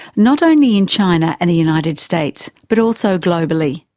not only in china and the united states but also globally?